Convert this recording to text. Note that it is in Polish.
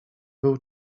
był